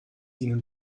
ihnen